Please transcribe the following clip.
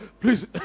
please